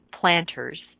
planters